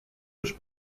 już